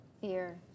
Fear